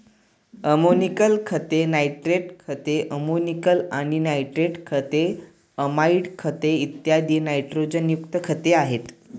ammoniacal खते, nitrate खते, ammoniacal आणि नायट्रेट खते, अमाइड खते, इत्यादी नायट्रोजनयुक्त खते आहेत